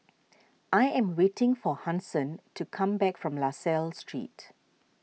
I am waiting for Hanson to come back from La Salle Street